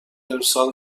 ارسال